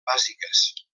bàsiques